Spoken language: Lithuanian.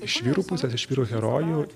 iš vyrų pusės iš vyrų herojų